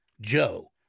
Joe